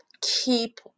Keep